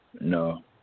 No